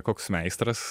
koks meistras